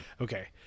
okay